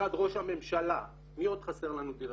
משרד ראש הממשלה, מי עוד חסר לנו דירקטורים?